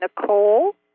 Nicole